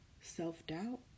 Self-doubt